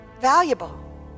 valuable